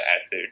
acid